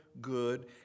good